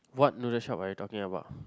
what noodles shop are you talking about